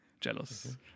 jealous